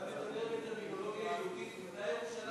אתה מדבר בטרמינולוגיה יהודית, מתי ירושלים